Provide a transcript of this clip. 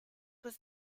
was